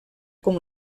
com